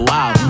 Wow